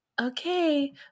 okay